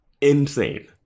Insane